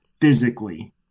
physically